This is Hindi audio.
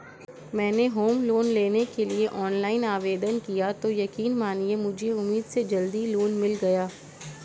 मैंने होम लोन लेने के लिए ऑनलाइन आवेदन किया तो यकीन मानिए मुझे उम्मीद से जल्दी लोन मिल गया